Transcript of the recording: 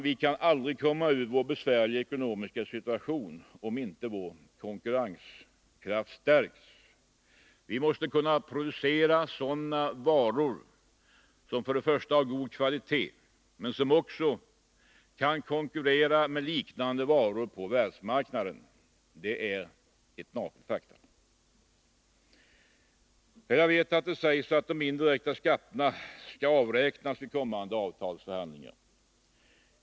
Vi kan aldrig komma ur vår besvärliga ekonomiska situation, om inte vår konkurrenskraft stärks. Vi måste kunna producera sådana varor som först och främst har god kvalitet men som också kan konkurrera med liknande varor på världsmarknaden. Det är ett naket faktum. Jag vet att det sägs att de indirekta skatterna skall avräknas vid kommande avtalsförhandlingar.